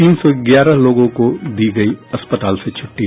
तीन सौ ग्यारह लोगों को दी गयी अस्पताल से छुट्टी